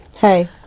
Hey